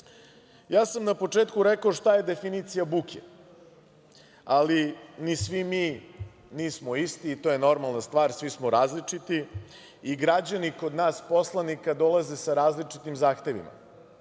sam na početku rekao šta je definicija buke, ali ni svi mi nismo isti. To je normalna stvar, svi smo različiti i građani kod nas poslanika dolaze sa različitim zahtevima.